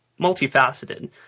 multifaceted